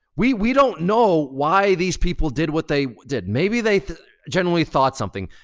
we we don't know why these people did what they did. maybe they generally thought something.